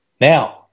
now